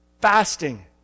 fasting